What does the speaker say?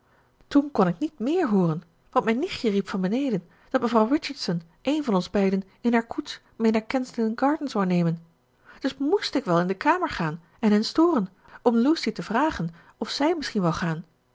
toen kon ik niet méér hooren want mijn nichtje riep van beneden dat mevrouw richardson een van ons beiden in haar koets mee naar kensington gardens wou nemen dus moest ik wel in de kamer gaan en hen storen om lucy te vragen of zij misschien wou gaan